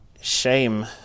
shame